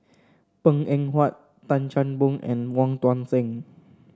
Png Eng Huat Tan Chan Boon and Wong Tuang Seng